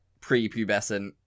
pre-pubescent